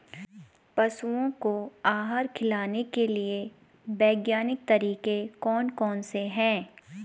पशुओं को आहार खिलाने के लिए वैज्ञानिक तरीके कौन कौन से हैं?